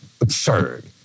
absurd